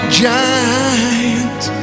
giant